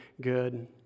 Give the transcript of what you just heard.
good